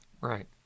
Right